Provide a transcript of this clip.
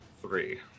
Three